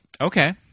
Okay